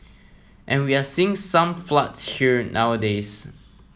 and we are seeing some floods here nowadays